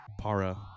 Para